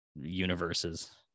universes